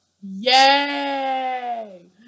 Yay